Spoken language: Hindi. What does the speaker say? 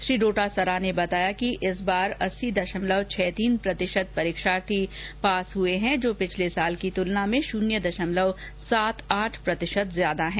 श्री डोटासरा ने बताया कि इस बार अस्सी दशमलव छह तीन प्रतिशत परीक्षार्थी पास हुए हैं जो पिछले साल की तुलना में शून्य दशमलव सात आठ प्रतिशत ज्यादा हैं